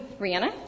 Rihanna